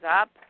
up